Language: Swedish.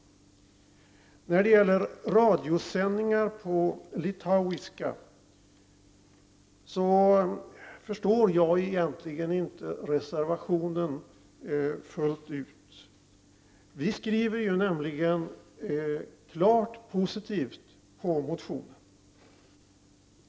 Jag förstår egentligen inte full ut reservationen som gäller radiosändningar på litauiska. Utskottet har nämligen en klart positiv skrivning om motionen.